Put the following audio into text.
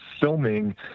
filming